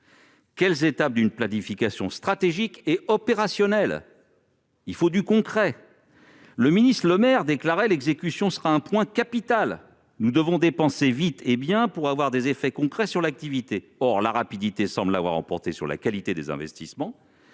les étapes d'une planification stratégique et opérationnelle ? Il faut du concret ! Bruno Le Maire a déclaré :« L'exécution sera un point capital. Nous devons dépenser vite et bien pour avoir des effets concrets sur l'activité. » Or la rapidité semble l'avoir emporté sur la qualité des investissements.